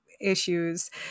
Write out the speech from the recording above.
issues